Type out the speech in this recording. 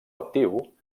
actiu